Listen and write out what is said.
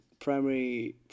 Primary